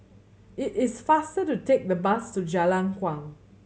it is faster to take the bus to Jalan Kuang